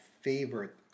favorite